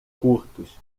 curtos